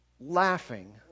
laughing